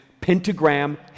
pentagram